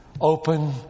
open